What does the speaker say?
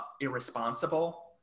irresponsible